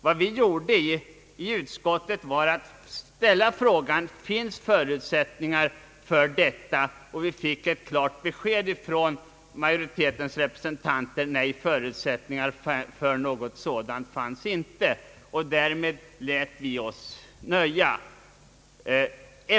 Vad vi gjorde i utskottet var att vi ställde frågan: Finns förutsättningar för att realisera detta som vi vill? Vi fick ett klart besked från majoritetens representanter att förutsättningar för något sådant inte fanns. Därmed lät vi oss nöja.